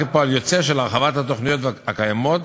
מי שמבקש את ההצעה לסדר-היום מבקש